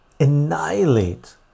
annihilate